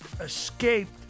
escaped